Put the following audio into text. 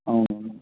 అవునండి